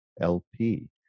LP